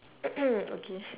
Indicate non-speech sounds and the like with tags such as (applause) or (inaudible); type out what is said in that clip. (coughs) okay